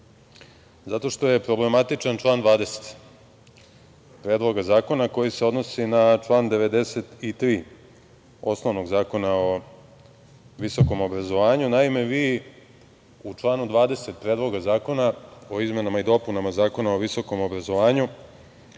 zato što je problematičan član 20. Predloga zakona, a koji se odnosi na 93. osnovnog Zakona o visokom obrazovanju. Naime, vi u članu 20. Predloga zakona o izmenama i dopunama Zakona o visokom obrazovanju